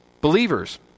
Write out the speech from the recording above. believers